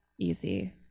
easy